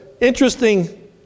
interesting